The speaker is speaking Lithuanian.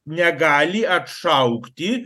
negali atšaukti